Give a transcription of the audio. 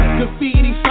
Graffiti